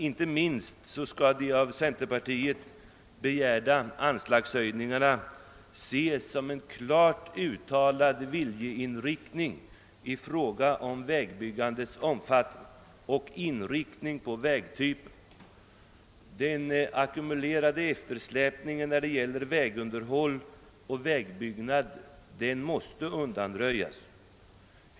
Inte minst skall de av centerpartiet begärda anslagshöjningarna ses som uttryck för en klart uttalad viljeinriktning i fråga om vägbyggandets omfattning och inriktning på vägtyper. Den ackumulerade eftersläpningen när det gäller vägunderhåll och vägbyggande måste undanröjas.